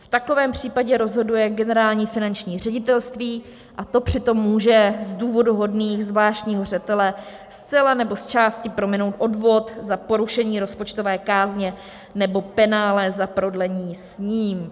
V takovém případě rozhoduje Generální finanční ředitelství, a to při tom může z důvodů vhodných zvláštního zřetele zcela nebo zčásti prominout odvod za porušení rozpočtové kázně nebo penále za prodlení s ním.